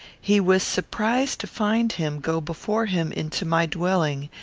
he was surprised to find him go before him into my dwelling,